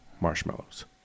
marshmallows